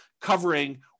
covering